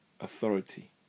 authority